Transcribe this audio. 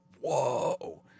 whoa